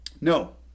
No